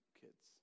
kids